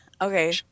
Okay